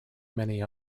many